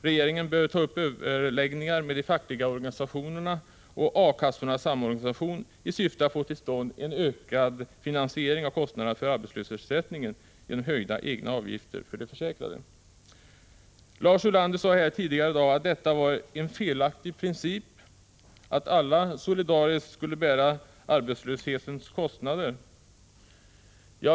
Regeringen bör ta upp överläggningar med de fackliga organisationerna och A-kassornas samorganisation i syfte att få tillstånd en ökad finansiering av kostnaderna för arbetslöshetsersättningen genom höjda egna avgifter för de försäkrade. Lars Ulander sade här tidigare i dag att detta var en felaktig princip. Han menade att alla solidariskt skulle bära arbetslöshetens kostnader.